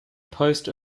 post